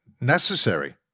necessary